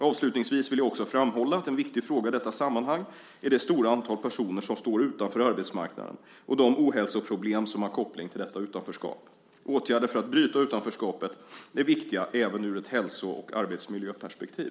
Avslutningsvis vill jag också framhålla att en viktig fråga i detta sammanhang är det stora antal personer som står utanför arbetsmarknaden och de ohälsoproblem som har koppling till detta utanförskap. Åtgärder för att bryta utanförskapet är viktiga även ur ett hälso och arbetsmiljöperspektiv.